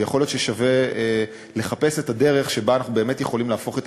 ויכול להיות ששווה לחפש את הדרך שבה אנחנו באמת יכולים להפוך את